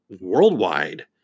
worldwide